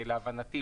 ולהבנתי,